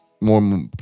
more